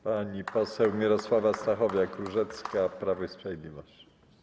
Pani poseł Mirosława Stachowiak-Różecka, Prawo i Sprawiedliwość.